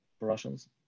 Russians